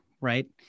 right